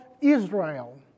Israel